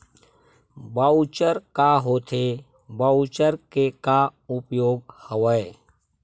Voucher का होथे voucher के का उपयोग हवय?